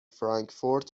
فرانکفورت